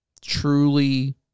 truly